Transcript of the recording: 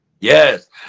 Yes